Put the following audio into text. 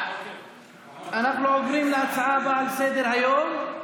אנחנו עוברים להצעה הבאה על סדר-היום,